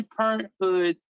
Parenthood